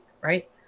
right